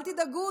אל תדאגו,